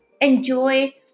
enjoy